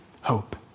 hope